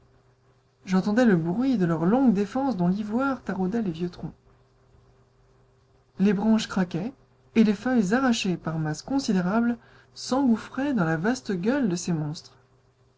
j'entendais le bruit de leurs longues défenses dont l'ivoire taraudait les vieux troncs les branches craquaient et les feuilles arrachées par masses considérables s'engouffraient dans la vaste gueule de ces monstres